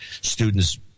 students